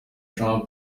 trump